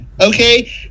okay